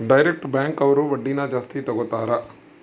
direct bank ಅವ್ರು ಬಡ್ಡಿನ ಜಾಸ್ತಿ ತಗೋತಾರೆ